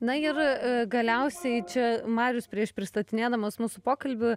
na ir galiausiai čia marius prieš pristatinėdamas mūsų pokalbį